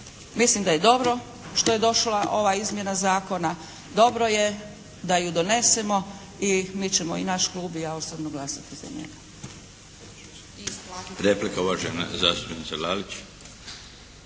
mislim da je dobro što je došla ova izmjena zakona. Dobro je da ju donesemo i mi ćemo, i naš Klub i ja osobno glasati za njega.